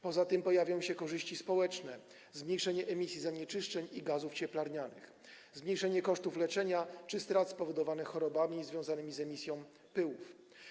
Poza tym pojawią się korzyści społeczne zmniejszenia emisji zanieczyszczeń i gazów cieplarnianych -zmniejszenie kosztów leczenia czy strat spowodowanych chorobami związanymi z emisją pyłów.